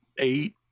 eight